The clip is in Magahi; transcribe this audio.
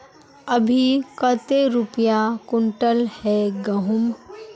अभी कते रुपया कुंटल है गहुम?